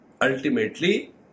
Ultimately